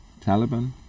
Taliban